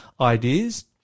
ideas